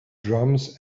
drums